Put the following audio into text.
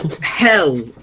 hell